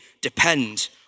depend